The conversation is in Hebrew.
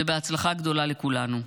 ובהצלחה גדולה לכולנו.